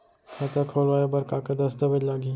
खाता खोलवाय बर का का दस्तावेज लागही?